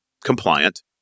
compliant